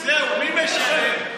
אנחנו.